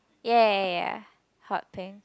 ya ya ya hot pink